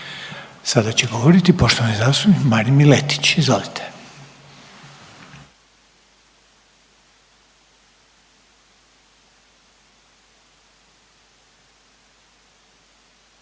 Sada će govoriti poštovani zastupnik Marin Miletić, izvolite.